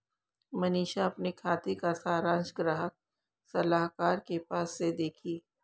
मनीषा अपने खाते का सारांश ग्राहक सलाहकार के पास से देखी